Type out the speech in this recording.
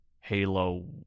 Halo